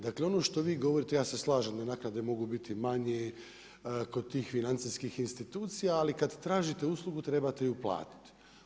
Dakle ono što vi govorite, ja se slažem da naknade mogu biti manje kod tih financijskih institucija ali kada tražite uslugu trebate ju platiti.